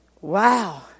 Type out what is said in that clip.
Wow